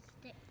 stick